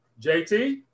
jt